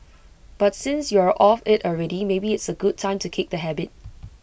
but since you are off IT already maybe it's A good time to kick the habit